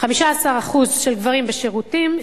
15% של גברים בשירותים,